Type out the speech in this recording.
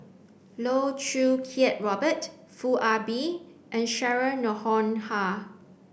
Loh Choo Kiat Robert Foo Ah Bee and Cheryl Noronha